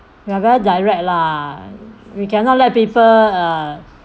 we are very direct lah we cannot let people uh